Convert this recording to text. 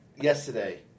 Yesterday